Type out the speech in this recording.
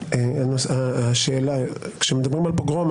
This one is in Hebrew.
כאשר מדברים על פוגרום,